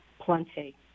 plenty